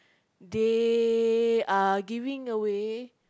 they are giving away